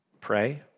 pray